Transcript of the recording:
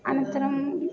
अनन्तरं